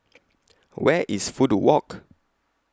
Where IS Fudu Walk